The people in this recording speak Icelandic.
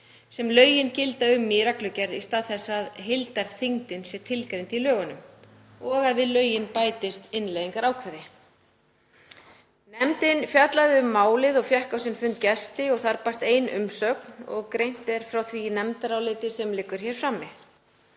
sem lögin gilda um í reglugerð í stað þess að heildarþyngdin sé tilgreind í lögunum, og að við lögin bætist innleiðingarákvæði. Nefndin fjallaði um málið og fékk á sinn fund gesti og þar barst ein umsögn og greint er frá því í nefndaráliti sem liggur hér frammi.